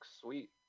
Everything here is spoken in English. sweet